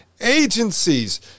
agencies